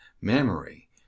memory